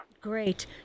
Great